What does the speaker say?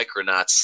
Micronauts